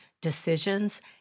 decisions